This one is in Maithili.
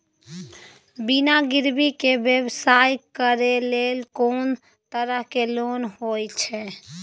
बिना गिरवी के व्यवसाय करै ले कोन तरह के लोन होए छै?